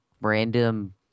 random